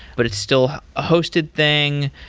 but it's still a hosted thing.